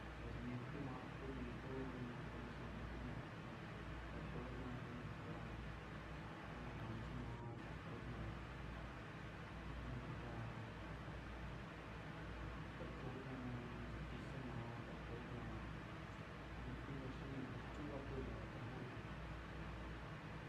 Pues mieti ma tu dito nan conocimiento moatə na ta to nax diikaꞌ ka garbanzo naa na tarto na xnaꞌ diikaꞌ tar to na nalli tusi na ta todna xiti na gaxis na c̱hua a todna targog nax